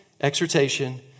exhortation